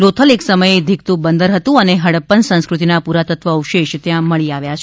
લોથલ એક સમયે ધીકતું બંદર હતું અને હડપપન સંસ્કૃતિના પ્રરાતત્વ અવશેષ ત્યાં મળી આવ્યા છે